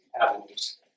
avenues